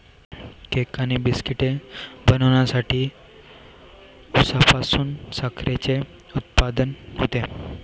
cake आणि बिस्किटे बनवण्यासाठी उसापासून साखरेचे उत्पादन होते